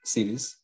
Series